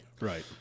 Right